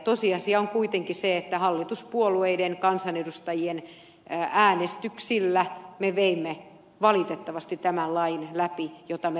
tosiasia on kuitenkin se että hallituspuolueiden kansanedustajien äänestyksillä me veimme valitettavasti tämän lain läpi jota me vastustimme